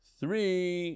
three